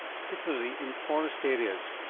particularly in forest areas,